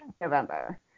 November